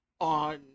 on